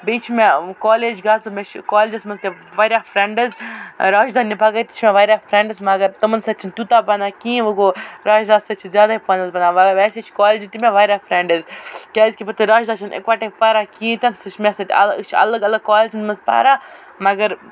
بیٚیہِ چھِ مےٚ کالیج گژھُن مےٚ چھِ کالیجَس منٛز تہِ واریاہ فرٛٮ۪نٛڈٕز راشداہ نہِ بَغٲر تہِ چھِ مےٚ واریاہ فرٛٮ۪نٛڈٕز مگر تِمَن سۭتۍ چھِنہٕ تیوٗتاہ بَنان کِہیٖنۍ وۄنۍ گوٚو راشِداہَس سۭتۍ چھِ زیادٕے پہنَس بَنان مگر ویسے چھِ کالجہٕ تہِ مےٚ واریاہ فرٛٮ۪نٛڈٕز کیٛازِ کہِ بہٕ تہٕ راشِداہ چھِنہٕ یِکوَٹَے پران کِہیٖنۍ تہِ نہٕ سُہ چھِ مےٚ سۭتۍ ال أسۍ چھِ الگ الگ کالجَن منٛز پران مگر